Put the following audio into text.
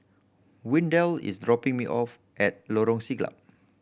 Windell is dropping me off at Lorong Siglap